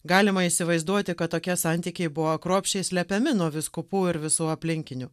galima įsivaizduoti kad tokie santykiai buvo kruopščiai slepiami nuo vyskupų ir visų aplinkinių